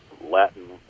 Latin